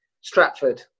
Stratford